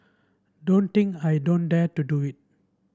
don't think I don't dare to do it